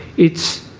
it's